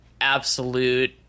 absolute